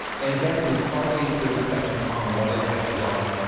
and again, we'd probably include a section on what is guest blogging,